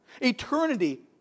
Eternity